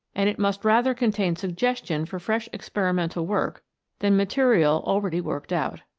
and it must rather contain suggestion for fresh experimental work than material already worked out.